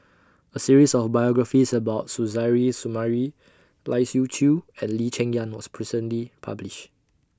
A series of biographies about Suzairhe Sumari Lai Siu Chiu and Lee Cheng Yan was recently published